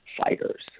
fighters